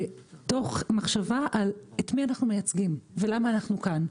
ותוך מחשבה את מי אנחנו מייצגים, ולמה אנחנו כאן.